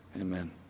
Amen